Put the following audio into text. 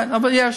כן, אבל יש.